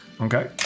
Okay